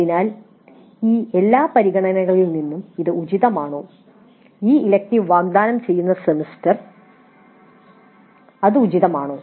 അതിനാൽ ഈ എല്ലാ പരിഗണനകളിൽ നിന്നും "ഇത് ഉചിതമാണോ ഈ ഇലക്ടീവ് വാഗ്ദാനം ചെയ്യുന്ന സെമസ്റ്റർ ഇത് ഉചിതമാണോ